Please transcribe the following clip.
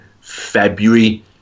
February